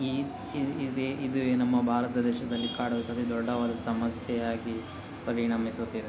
ಈ ಇದೆ ಇದುವೇ ನಮ್ಮ ಭಾರತ ದೇಶದಲ್ಲಿ ಕಾಡೋತದೆ ದೊಡ್ಡವಾದ ಸಮಸ್ಯೆಯಾಗಿ ಪರಿಣಮಿಸುತಿದೆ